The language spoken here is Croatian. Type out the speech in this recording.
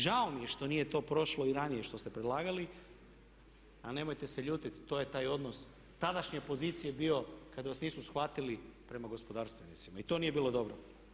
Žao mi je što nije to prošlo i ranije što ste predlagali, ali nemojte se ljutiti to je taj odnos tadašnje pozicije bio kad vas nisu shvatili prema gospodarstvenicima i to nije bilo dobro.